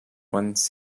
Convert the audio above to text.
once